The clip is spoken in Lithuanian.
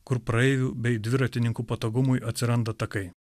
kur praeivių bei dviratininkų patogumui atsiranda takai